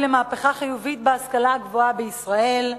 למהפכה חיובית בהשכלה הגבוהה בישראל,